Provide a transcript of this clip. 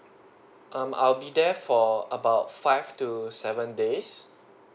um I'll be there for about five to seven days